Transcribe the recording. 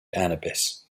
anubis